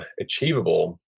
achievable